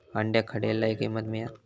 अंड्याक खडे लय किंमत मिळात?